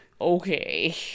Okay